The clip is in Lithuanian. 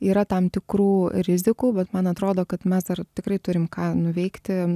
yra tam tikrų rizikų bet man atrodo kad mes dar tikrai turim ką nuveikti